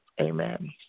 Amen